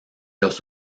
los